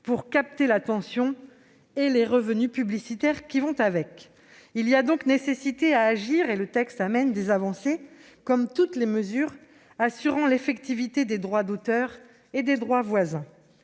pour capter l'attention et les revenus publicitaires qui l'accompagnent. Il est donc nécessaire d'agir, et ce texte porte des avancées, comme toutes les mesures assurant l'effectivité des droits d'auteur et des droits voisins.